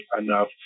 enough